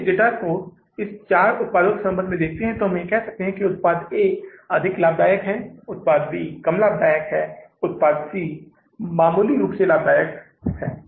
हम उसका उपयोग करते हैं तो 318000 डॉलर के वित्तपोषण के बाद कुल नकदी वृद्धि कमी का उपयोग करते हैं जिसका उपयोग हम चालू माह के भुगतान के लिए करेंगे